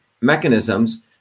mechanisms